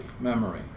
memory